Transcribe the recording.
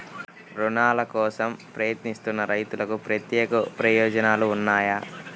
రుణాల కోసం ప్రయత్నిస్తున్న రైతులకు ప్రత్యేక ప్రయోజనాలు ఉన్నాయా?